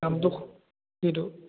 কামটো কিটো